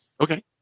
okay